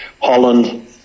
Holland